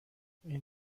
این